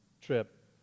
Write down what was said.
trip